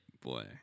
boy